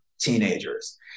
teenagers